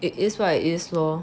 it is what it is lor